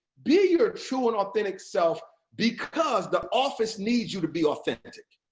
be your true and authentic self because the office needs you to be authentic.